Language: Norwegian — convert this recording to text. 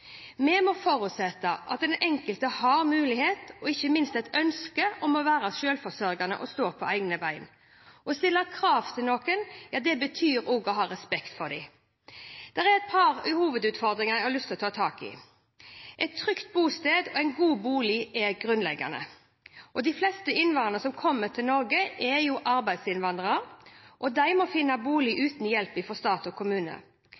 Vi må forutsette at den enkelte har mulighet til – og ikke minst et ønske om – å være selvforsørgende og stå på egne bein. Å stille krav til noen, betyr også å ha respekt for dem. Det er et par hovedutfordringer jeg har lyst til å ta tak i. Et trygt bosted og en god bolig er grunnleggende. De fleste innvandrere som kommer til Norge, er arbeidsinnvandrere. De må finne bolig uten hjelp fra stat og kommune,